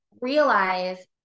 realize